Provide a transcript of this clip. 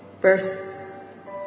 verse